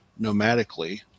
nomadically